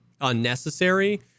unnecessary